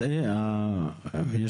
רגע,